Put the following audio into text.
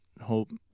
hope